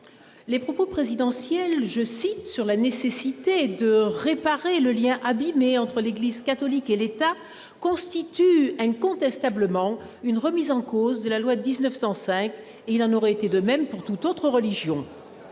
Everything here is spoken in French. Les propos présidentiels sur la nécessité de « réparer » le lien « abîmé » entre l'Église catholique et l'État constituent incontestablement une remise en cause de la loi de 1905, et il en aurait été de même pour toute autre religion.